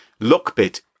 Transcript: Lockbit